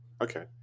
okay